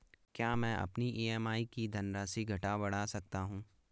क्या मैं अपनी ई.एम.आई की धनराशि घटा बढ़ा सकता हूँ?